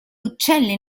uccelli